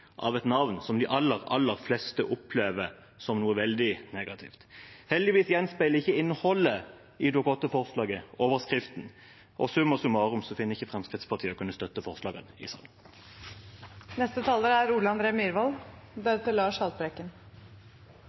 av et ord som de aller, aller fleste opplever som noe veldig negativt. Heldigvis gjenspeiler ikke innholdet i Dokument 8-forslaget overskriften. Summa summarum finner ikke Fremskrittspartiet å kunne støtte forslagene i saken. Jeg har nok heller aldri vært noen revolusjonær, men at vi trenger omstilling, er